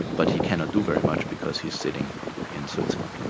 but he cannot do very much because he is sitting in switzerland.